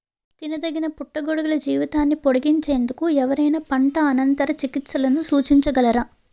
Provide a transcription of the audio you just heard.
తినదగిన పుట్టగొడుగుల జీవితాన్ని పొడిగించేందుకు ఎవరైనా పంట అనంతర చికిత్సలను సూచించగలరా?